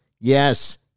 yes